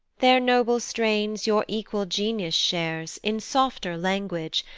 their noble strains your equal genius shares in softer language,